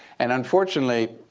and unfortunately,